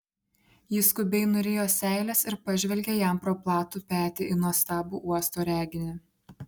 ji skubiai nurijo seiles ir pažvelgė jam pro platų petį į nuostabų uosto reginį